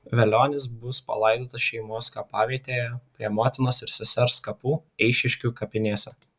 velionis bus palaidotas šeimos kapavietėje prie motinos ir sesers kapų eišiškių kapinėse